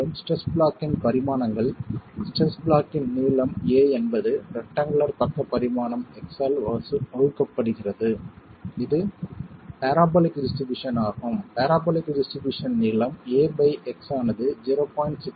மேலும் ஸ்ட்ரெஸ் பிளாக்கின் பரிமாணங்கள் ஸ்ட்ரெஸ் பிளாக்கின் நீளம் a என்பது ரெக்டாங்குளர் பக்க பரிமாணம் x ஆல் வகுக்கப்படுகிறது இது பரபோலிக் டிஸ்ட்ரிபியூஷன் ஆகும் பரபோலிக் டிஸ்ட்ரிபியூஷன் நீளம் a பை x ஆனது 0